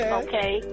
okay